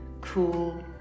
Cool